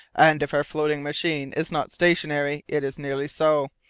and if our floating machine is not stationary, it is nearly so.